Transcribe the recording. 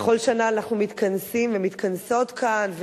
בכל שנה אנחנו מתכנסים ומתכנסות כאן,